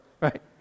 right